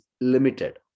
limited